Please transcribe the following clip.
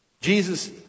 Jesus